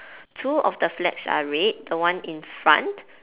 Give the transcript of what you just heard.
two of the flags are red the one in front